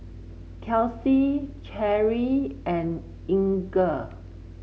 Kelsi Cherrie and Inger